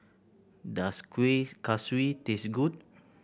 does Kuih Kaswi taste good